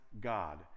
god